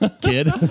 kid